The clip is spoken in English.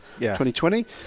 2020